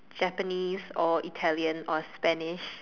Japanese or Italian or Spanish